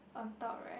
on top right